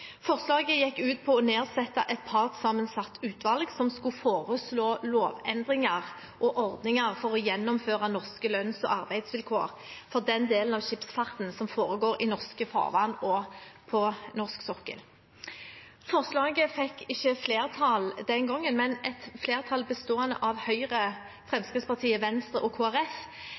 Forslaget gikk ut på å nedsette et partssammensatt utvalg som skulle foreslå lovendringer og ordninger for å gjennomføre norske lønns- og arbeidsvilkår for den delen av skipsfarten som foregår i norske farvann og på norsk sokkel. Forslaget fikk ikke flertall, men et flertall bestående av Høyre, Fremskrittspartiet, Venstre og